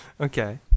Okay